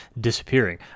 disappearing